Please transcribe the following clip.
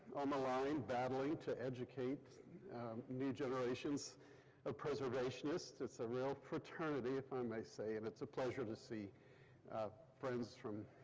on the line battling to educate new generations of preservationists. it's a real fraternity, if i may say, and it's a pleasure to see friends from